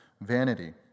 vanity